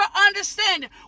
understanding